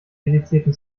dedizierten